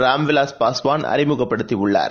Ram Vilas Paswan அறிமுகப்படுத்தியுள்ளார்